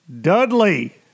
Dudley